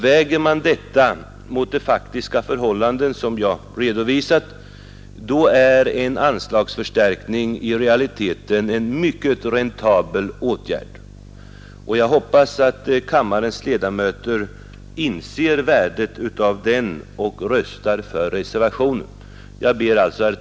Väger man detta mot de faktiska förhållanden som jag redovisat, framstår en anslagsförstärkning i realiteten som en mycket räntabel åtgärd. Jag hoppas att kammarens ledamöter inser värdet av den och röstar för reservationen. Herr talman!